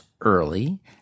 early